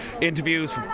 interviews